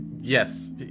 Yes